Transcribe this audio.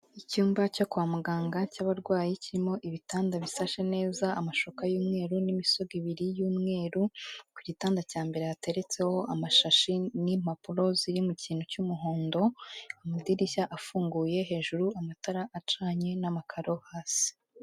Icyumba cyo kwa muganga, cy'abarwayi, kirimo ibitanda bisashe neza, amashuka y'umweru, n'imisego ibiri y'umweru, ku gitanda cya mbere hateretseho amashashi, n'impapuro ziri mu kintu cy'umuhondo, amadirishya afunguye, hejuru amatara acanye, n'amakaro hasi.